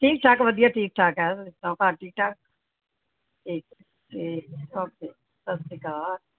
ਠੀਕ ਠਾਕ ਵਧੀਆ ਠੀਕ ਠਾਕ ਹੈ ਹੋਰ ਘਰ ਠੀਕ ਠਾਕ ਠੀਕ ਠੀਕ ਓਕੇ ਸਤਿ ਸ਼੍ਰੀ ਅਕਾਲ